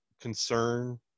concern